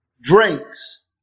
Drinks